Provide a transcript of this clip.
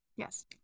Yes